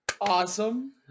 awesome